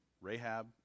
Rahab